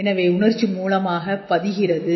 எனவே உணர்ச்சி மூலமாக பதிகிறது